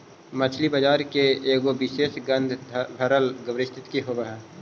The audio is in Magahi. मछली बजार के एगो विशेष गंधभरल परिस्थिति होब हई